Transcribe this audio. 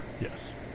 Yes